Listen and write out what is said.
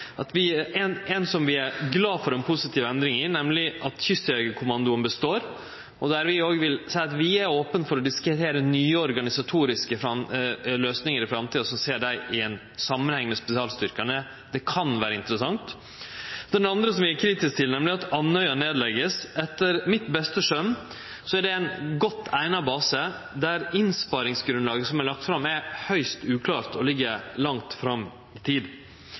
lys av det ein må sjå mange av SVs enkeltstandpunkt i dei forskjellige sakene som er oppe. Eg skal no berre nemne to av dei kort. I ei av sakene er vi glade for ei positiv endring, nemleg at Kystjegerkommandoen består. Til det vil vi òg seie at vi er opne for å diskutere nye organisatoriske løysingar i framtida som ser den i samanheng med spesialstyrkane. Det kan vere interessant. Den andre saka er vi kritiske til, nemleg at basen på Andøya vert lagd ned. Etter mitt beste skjønn er det ein godt eigna base, der